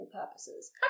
purposes